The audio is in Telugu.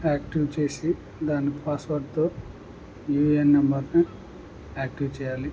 యాక్టివ్ చేసి దాని పాస్వర్డ్తో యూ ఏ ఎన్ నెంబర్ని యాక్టివ్ చేయాలి